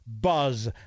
Buzz